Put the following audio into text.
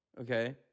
Okay